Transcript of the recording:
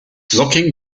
looking